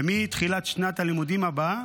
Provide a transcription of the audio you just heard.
ומתחילת שנת הלימודים הבאה